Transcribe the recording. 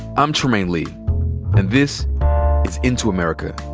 i'm trymaine lee and this is into america.